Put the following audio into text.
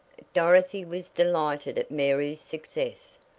dorothy was delighted at mary's success.